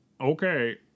Okay